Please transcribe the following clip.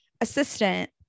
assistant